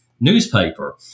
newspaper